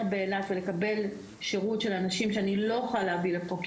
באילת ולקבל שירות של אנשים שאני לא יכולה להביא לפה,